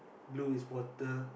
blue is water